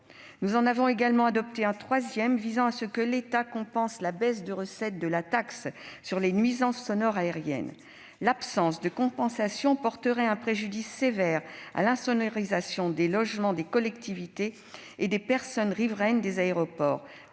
Nous avons adopté un troisième amendement visant à ce que l'État compense la baisse de recettes de la taxe sur les nuisances sonores aériennes. En effet, l'absence de compensation porterait un préjudice sévère à l'insonorisation des logements des collectivités et des personnes riveraines des aéroports,